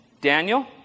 Daniel